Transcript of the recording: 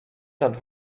nad